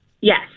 Yes